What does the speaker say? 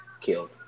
killed